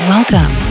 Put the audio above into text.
Welcome